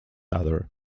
other